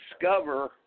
discover